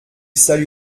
salue